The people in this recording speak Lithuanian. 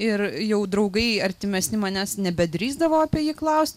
ir jau draugai artimesni manęs nebedrįsdavo apie jį klaust